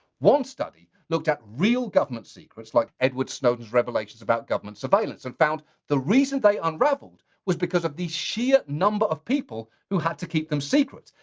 one study looked at real government secrets like edward snowden's revelation about government surveillance, and found the reason they unraveled was because of the sheer number of people who had to keep them secret.